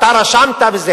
אתה רשמת וכו'.